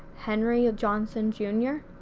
henry ah johnson jr.